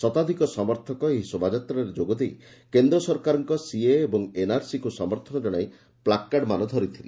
ଶତାଧିକ ସମର୍ଥକ ଏହି ଶୋଭାଯାତ୍ରାରେ ଯୋଗ ଦେଇ କେନ୍ଦ୍ ସରକାରଙ୍କ ସିଏଏ ଏବଂ ଏନ୍ଆର୍ସିକୁ ସମର୍ଥନ ଜଣାଇ ପ୍ଲାକାର୍ଡମାନ ଧରିଥିଲେ